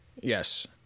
Yes